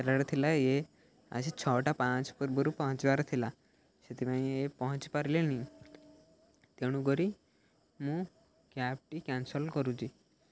ସାତଟାରେ ଥିଲା ଏ ଆସି ଛଅଟା ପାଞ୍ଚ ପୂର୍ବରୁ ପହଞ୍ଚିବାର ଥିଲା ସେଥିପାଇଁ ପହଞ୍ଚି ପାରିଲେନି ତେଣୁକରି ମୁଁ କ୍ୟାବ୍ଟି କ୍ୟାାନସଲ୍ କରୁଛି